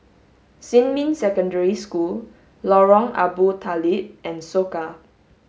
Xinmin Secondary School Lorong Abu Talib and Soka